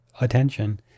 attention